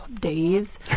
days